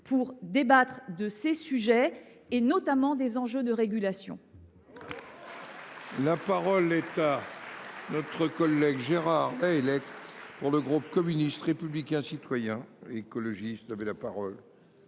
pour discuter de ces sujets, notamment des enjeux de régulation.